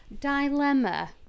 dilemma